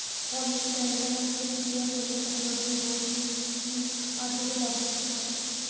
Polish बँकांना cheque clear होण्यासाठी अजून दोन ते तीन आठवडे लागू शकतात